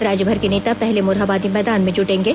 राज्य भर के नेता पहले मोरहाबादी मैदान में जुटेंगे